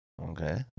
okay